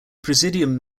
presidium